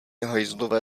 hajzlové